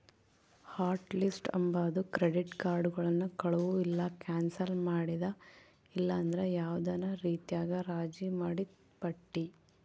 hot list ಅಂಬಾದು credit ಕಾರ್ಡುಗುಳ್ನ ಕಳುವು ಇಲ್ಲ ಕ್ಯಾನ್ಸಲ್ ಮಾಡಿದ ಇಲ್ಲಂದ್ರ ಯಾವ್ದನ ರೀತ್ಯಾಗ ರಾಜಿ ಮಾಡಿದ್ ಪಟ್ಟಿ